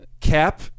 Cap